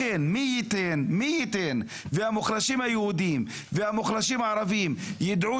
לכן מי ייתן והמוחלשים היהודים והמוחלשים הערבים יידעו